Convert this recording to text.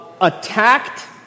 attacked